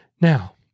Now